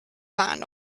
land